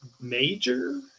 major